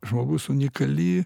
žmogus unikali